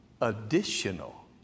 additional